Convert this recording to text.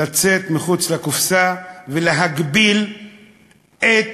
לצאת מחוץ לקופסה ולהגביל את